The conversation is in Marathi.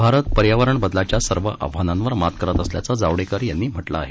भारत पर्यावरण बदलाच्या सर्व आव्हानांवर मात करत असल्याचं जावडेकर यांनी म्हटलं आहे